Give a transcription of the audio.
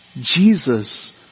Jesus